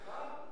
מה?